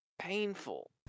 painful